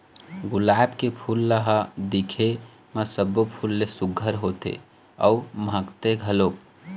गुलाब के फूल ल ह दिखे म सब्बो फूल ले सुग्घर होथे अउ महकथे घलोक